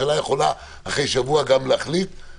הממשלה יכולה אחרי שבוע להחליט